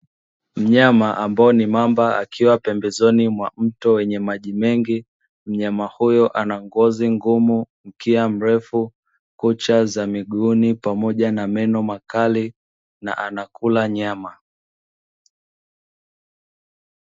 Mnyama ambaye ni mamba akiwa pembezoni mwa mto wenye maji mengi, mnyama huyo ana ngozi ngumu, mkia mrefu, kucha za miguuni pamoja na meno makali na anakula nyama.